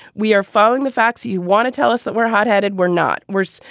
we are following the facts you want to tell us that we're hot headed we're not we're. so